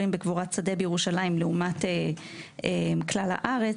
בקבורת שדה בירושלים לעומת כלל הארץ,